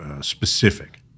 specific